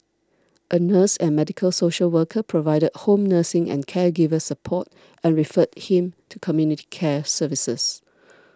a nurse and medical social worker provided home nursing and caregiver support and referred him to community care services